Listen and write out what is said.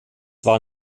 war